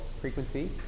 frequency